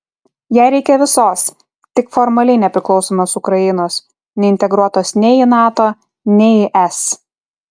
jai reikia visos tik formaliai nepriklausomos ukrainos neintegruotos nei į nato nei į es